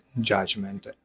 judgment